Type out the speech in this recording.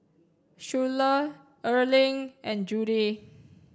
Schuyler Erling and Judy